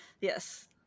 Yes